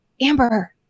Amber